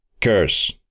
curse